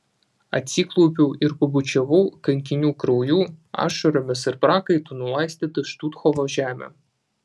atsiklaupiau ir pabučiavau kankinių krauju ašaromis ir prakaitu nulaistytą štuthofo žemę